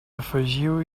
afegiu